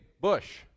bush